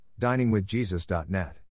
diningwithjesus.net